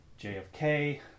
JFK